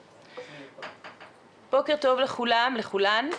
בוקר טוב לכולם ולכולן.